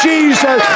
Jesus